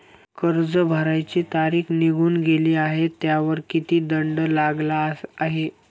कर्ज भरण्याची तारीख निघून गेली आहे त्यावर किती दंड लागला आहे?